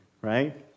right